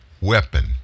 weapon